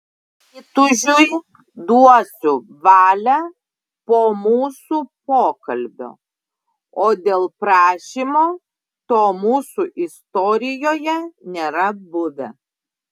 įtūžiui duosiu valią po mūsų pokalbio o dėl prašymo to mūsų istorijoje nėra buvę